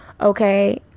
okay